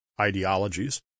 ideologies